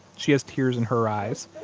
she has tears in her eyes.